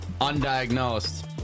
Undiagnosed